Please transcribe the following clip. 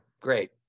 Great